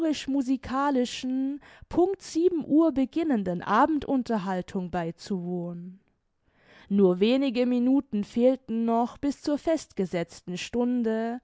declamatorisch musikalischen punct sieben uhr beginnenden abend unterhaltung beizuwohnen nur wenige minuten fehlten noch bis zur festgesetzten stunde